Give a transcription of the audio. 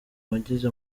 wagize